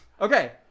Okay